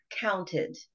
counted